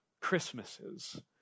Christmases